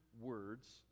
words